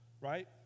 right